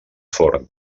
forn